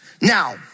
Now